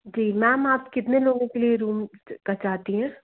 जी ma'am आप कितने लोगों के लिए रूम का चाहती हैं